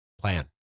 plan